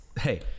hey